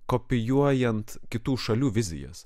kopijuojant kitų šalių vizijas